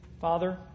Father